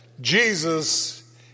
Jesus